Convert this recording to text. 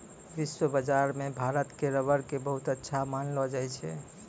विश्व बाजार मॅ भारत के रबर कॅ बहुत अच्छा मानलो जाय छै